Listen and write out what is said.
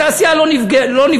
התעשייה לא נפגעה.